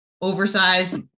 oversized